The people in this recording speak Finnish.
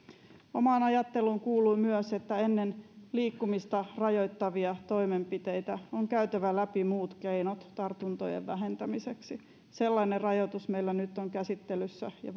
omaan ajatteluuni kuuluu myös että ennen liikkumista rajoittavia toimenpiteitä on käytävä läpi muut keinot tartuntojen vähentämiseksi sellainen rajoitus meillä nyt on käsittelyssä ja